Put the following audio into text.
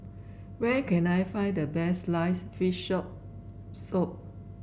where can I find the best sliced fish shop soup